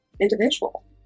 individual